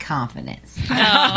confidence